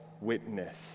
witness